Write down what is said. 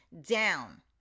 down